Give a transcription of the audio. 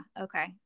Okay